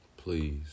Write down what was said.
Please